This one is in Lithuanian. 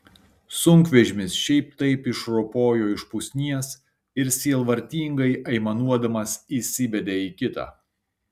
sunkvežimis šiaip taip išropojo iš pusnies ir sielvartingai aimanuodamas įsibedė į kitą